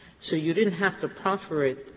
so you didn't have to proffer it.